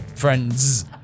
friends